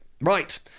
Right